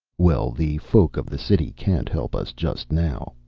well, the folk of the city can't help us just now.